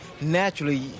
naturally